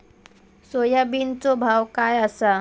सोयाबीनचो भाव काय आसा?